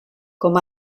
com